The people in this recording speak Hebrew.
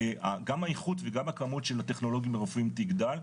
גם האיכות וגם הכמות של הטכנולגיים הרפואיים תגדל,